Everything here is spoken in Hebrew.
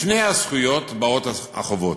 לפני הזכויות באות החובות.